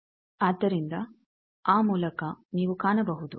ಆದ್ದರಿಂದ ಆ ಮೂಲಕ ನೀವು ಕಾಣಬಹುದು